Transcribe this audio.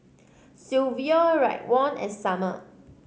Silvio Raekwon and Summer